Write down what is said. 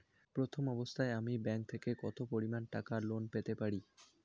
প্রথম অবস্থায় আমি ব্যাংক থেকে কত পরিমান টাকা লোন পেতে পারি?